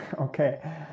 okay